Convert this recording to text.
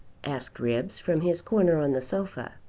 asked ribbs from his corner on the sofa.